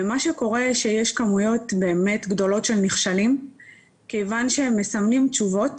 ויש כמויות גדולות של נכשלים מכיוון שהם מסמנים תשובות